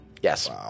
Yes